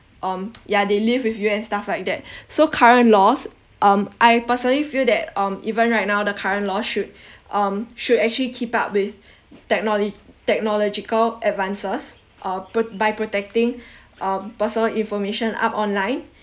um ya they live with you and stuff like that so current laws um I personally feel that um even right now the current law should um should actually keep up with technolo~ technological advances uh pro~ by protecting um personal information up online